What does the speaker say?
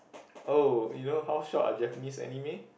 oh you know how short are Japanese anime